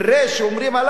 שאומרים עליו,